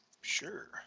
Sure